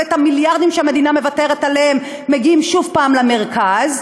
והמיליארדים שהמדינה מוותרת עליהם מגיעים שוב פעם למרכז,